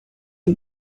you